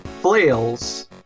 flails